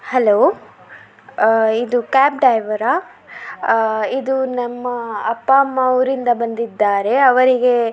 hello ಇದು cab ಡೈವರಾ ಇದು ನಮ್ಮ ಅಪ್ಪ ಅಮ್ಮ ಊರಿಂದ ಬಂದಿದ್ದಾರೆ ಅವರಿಗೆ